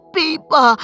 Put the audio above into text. people